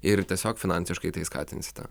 ir tiesiog finansiškai tai skatinsite